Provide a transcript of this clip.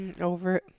Over